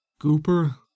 Gooper